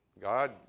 God